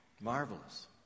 Marvelous